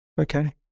Okay